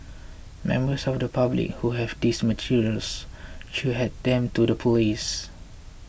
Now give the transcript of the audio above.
members of the public who have these materials should hand them to the police